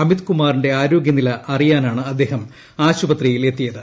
അമിത് ്കുമാറിന്റെ ആരോഗ്യനില അറിയാ നാണ് അദ്ദേഹം ആശുപത്രിയിൽ എത്തിയത്